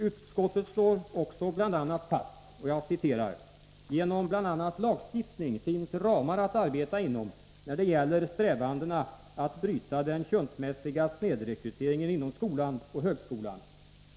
Utskottet slår bl.a. fast: ”Genom bl.a. lagstiftning finns ramar att arbeta inom när det gäller strävandena att bryta den könsmässiga snedrekryteringen inom skolan och högskolan.